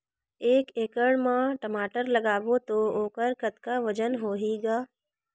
एक एकड़ म टमाटर लगाबो तो ओकर कतका वजन होही ग?